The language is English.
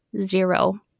zero